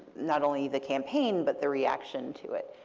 not only the campaign, but the reaction to it.